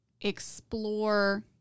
explore